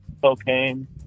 cocaine